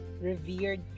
revered